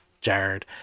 Jared